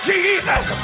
Jesus